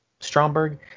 Stromberg